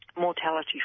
mortality